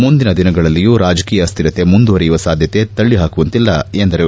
ಮುಂದಿನ ದಿನಗಳಲ್ಲಿಯೂ ರಾಜಕೀಯ ಅಸ್ವಿರತೆ ಮುಂದುವರೆಯುವ ಸಾಧ್ಯತೆ ತಳ್ಳಿಹಾಕುವಂತಿಲ್ಲ ಎಂದರು